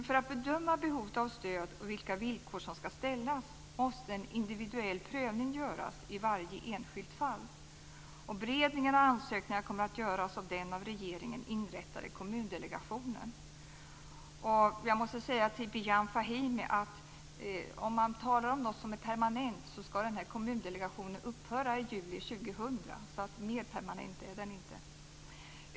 För att bedöma behovet av stöd och vilka villkor som ska ställas måste en individuell prövning göras i varje enskilt fall. Beredningen av ansökningarna kommer att göras av den av regeringen inrättade Kommundelegationen. Jag måste säga till Bijan Fahimi, som talar om något som är permanent, att Kommundelegationen ska upphöra i juli 2000. Mer permanent är den inte.